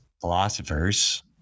philosophers